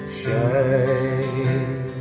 shine